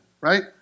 right